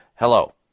Hello